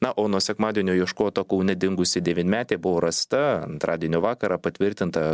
na o nuo sekmadienio ieškota kaune dingusi devynmetė buvo rasta antradienio vakarą patvirtinta